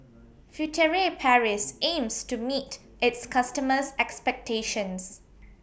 Furtere Paris aims to meet its customers' expectations